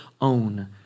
own